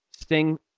Sting